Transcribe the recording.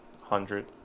hundred